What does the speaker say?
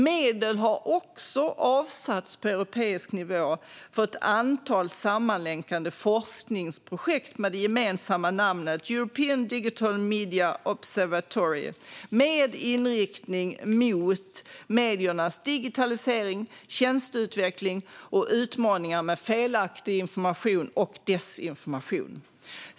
Medel har också avsatts på europeisk nivå för ett antal sammanlänkade forskningsprojekt med det gemensamma namnet European Digital Media Observatory med inriktning mot mediernas digitalisering, tjänsteutveckling och utmaningarna med felaktig information och desinformation.